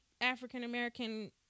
african-american